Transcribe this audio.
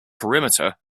perimeter